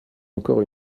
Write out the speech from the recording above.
encore